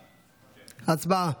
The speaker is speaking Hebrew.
הצבעה.